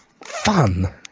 fun